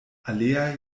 alea